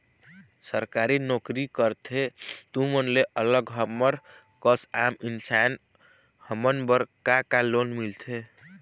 सरकारी नोकरी करथे तुमन ले अलग हमर कस आम इंसान हमन बर का का लोन मिलथे?